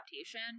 adaptation